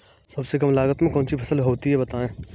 सबसे कम लागत में कौन सी फसल होती है बताएँ?